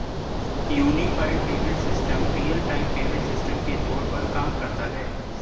unified payment system real time payment system के तौर पर काम करता है